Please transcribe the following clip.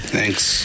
Thanks